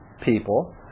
people